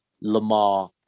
Lamar